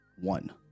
one